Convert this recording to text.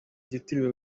ryitiriwe